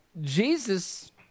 Jesus